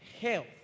health